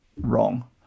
wrong